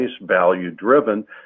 value-driven